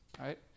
right